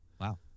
Wow